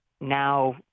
now